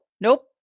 nope